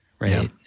Right